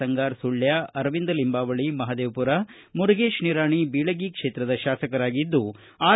ಅಂಗಾರ ಸುಳ್ಯ ಅರವಿಂದ ಲಿಂಬಾವಳ ಮಹಾದೇವಪುರ ಮುರುಗೇಶ್ ನಿರಾಣಿ ಬೀಳಗಿ ಕ್ಷೇತ್ರದ ಶಾಸಕರಾಗಿದ್ದು ಆರ್